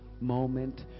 Moment